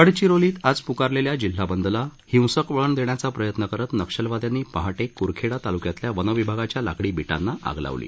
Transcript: गडचिरोलीत आज प्कारलेल्या जिल्हा बंदला हिंसक वळण देण्याचा प्रयत्न करत नक्षलवादयांनी पहाटे करखेडा तालुक्यातल्या वनविभागाच्या लाकडी बिटांना आग लावली